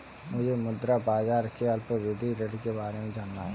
मुझे मुद्रा बाजार के अल्पावधि ऋण के बारे में जानना है